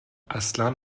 اصلن